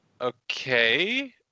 Okay